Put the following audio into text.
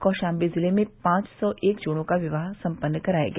कौशाम्बी जिले में पांच सौ एक जोड़ों का विवाह सम्पन्न कराया गया